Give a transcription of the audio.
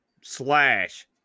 slash